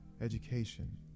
education